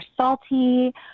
salty